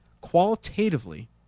qualitatively